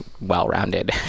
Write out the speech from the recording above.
well-rounded